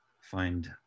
find